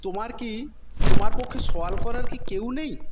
তোমার কি তোমার পক্ষে সওয়াল করার কি কেউ নেই